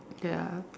ya